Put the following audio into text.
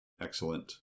excellent